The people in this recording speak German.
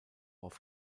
auf